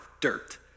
dirt